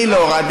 אני לא הורדתי.